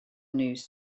news